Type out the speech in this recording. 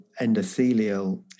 endothelial